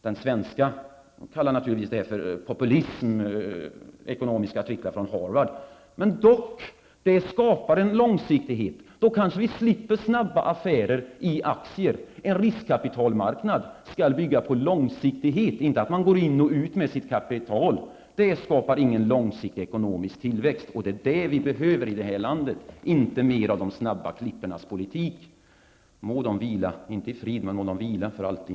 Den svenska kallar naturligtvis ekonomiska artiklar från Harvard för populism. Men detta skulle skapa långsiktighet. Vi skulle då kanske slippa snabba affärer i aktier. En riskkapitalmarknad skall bygga på långsiktighet, och inte på att man går in och ut med sitt kapital. Det skapar ingen långsiktig ekonomisk tillväxt. Det är det vi behöver i det här landet i stället för mer av de snabba klippens politik. Må de vila för alltid.